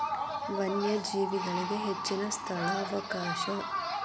ವನ್ಯಜೇವಿಗಳಿಗೆ ಹೆಚ್ಚಿನ ಸ್ಥಳಾವಕಾಶ